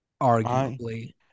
arguably